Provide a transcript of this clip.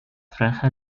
franja